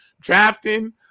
drafting